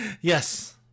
Yes